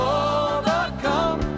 overcome